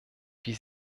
wie